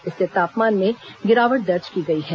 इससे तापमान में गिरावट दर्ज की गई है